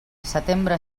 setembre